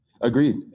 Agreed